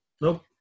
Nope